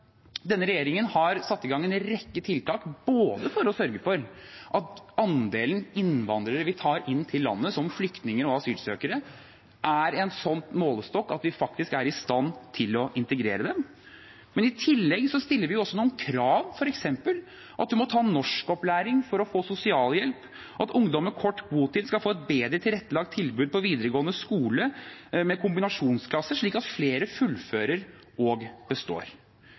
denne regjeringen satt i gang en rekke tiltak for å sørge for at andelen innvandrere vi tar inn til landet, som flyktninger og asylsøkere, er i en slik målestokk at vi faktisk er i stand til å integrere dem. Men i tillegg stiller vi også noen krav, f.eks. at en må ta norskopplæring for å få sosialhjelp, at ungdom med kort botid skal få et bedre tilrettelagt tilbud med kombinasjonsklasser på videregående skole, slik at flere fullfører og består.